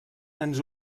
ens